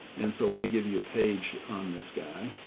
and so let me give you a page on this guy.